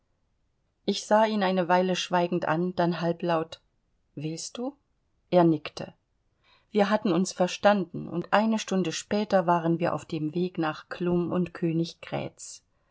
ich sah ihn eine weile schweigend an dann halblaut willst du er nickte wir hatten uns verstanden und eine stunde später waren wir auf dem weg nach chlum und